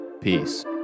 Peace